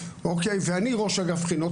ואני ראש אגף בחינות,